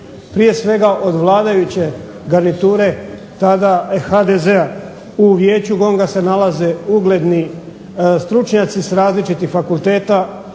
prije svega od vladajuće garniture tada HDZ-a. U vijeću GONG-a se nalaze ugledni stručnjaci s različitih fakulteta